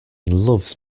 loves